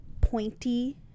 pointy